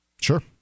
sure